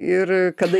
ir kada